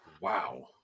Wow